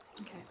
okay